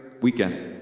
weekend